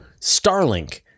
Starlink